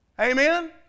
Amen